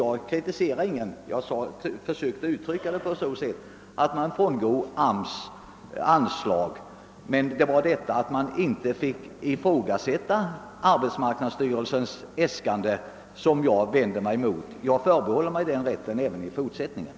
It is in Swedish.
Jag kritiserar ingen, herr Larsson i Umeå, men jag vänder mig mot att riktigheten i arbetsmarknadsstyrelsens äskanden tydligen inte får ifrågasättas. Jag förbehåller mig rätten att göra det även i fortsättningen.